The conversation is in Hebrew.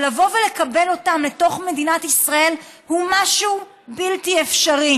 אבל לבוא ולקבל אותם לתוך מדינת ישראל הוא משהו בלתי אפשרי,